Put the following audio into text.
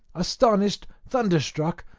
astonished, thunderstruck,